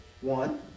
one